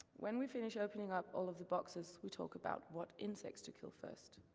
when we finish opening up all of the boxes, we talk about what insects to kill first.